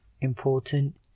important